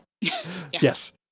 Yes